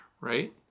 right